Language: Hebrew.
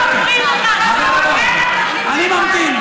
אתה יכול להפריע לכל חברי הכנסת אני ממתין.